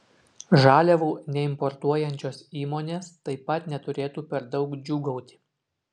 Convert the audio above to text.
žaliavų neimportuojančios įmonės taip pat neturėtų per daug džiūgauti